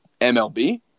MLB